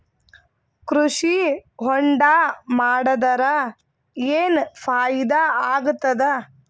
ಕೃಷಿ ಹೊಂಡಾ ಮಾಡದರ ಏನ್ ಫಾಯಿದಾ ಆಗತದ?